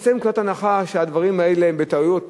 נצא מנקודת הנחה שהדברים האלה הם בטעות,